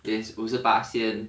is 五十巴仙